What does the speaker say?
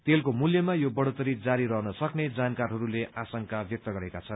तेलको मूल्यमा यो बढ़ोत्तरी जारी रहन सक्ने जानकारहस्ले आशंका व्यक्त गरेका छन्